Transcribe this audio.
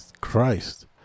Christ